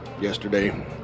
yesterday